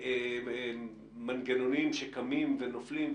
מנגנונים שקמים ונופלים,